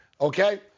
okay